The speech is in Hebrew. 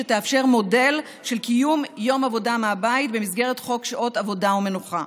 שתאפשר מודל של קיום יום עבודה מהבית במסגרת חוק שעות עבודה ומנוחה.